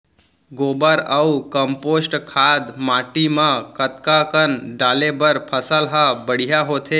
गोबर अऊ कम्पोस्ट खाद माटी म कतका कन डाले बर फसल ह बढ़िया होथे?